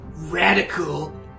Radical